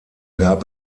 gab